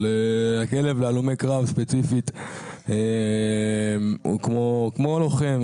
אבל כלב להלומי קרב ספציפית הוא כמו לוחם.